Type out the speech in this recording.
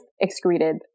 excreted